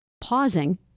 Pausing